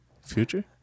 Future